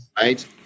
right